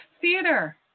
theater